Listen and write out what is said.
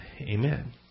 Amen